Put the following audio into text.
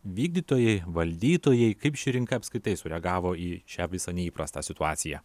vykdytojai valdytojai kaip ši rinka apskritai sureagavo į šią visą neįprastą situaciją